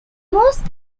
most